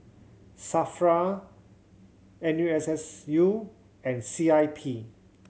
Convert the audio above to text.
SAFRA N U S S U and C I P